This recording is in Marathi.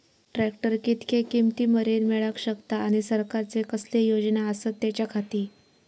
ट्रॅक्टर कितक्या किमती मरेन मेळाक शकता आनी सरकारचे कसले योजना आसत त्याच्याखाती?